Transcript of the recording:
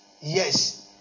Yes